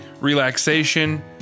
relaxation